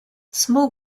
small